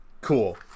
Cool